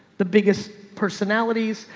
the biggest personalities,